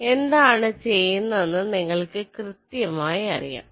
അതിനാൽ എന്താണ് ചെയ്യുന്നതെന്ന് നിങ്ങൾക്ക് കൃത്യമായി അറിയാം